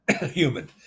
human